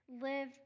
live